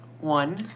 one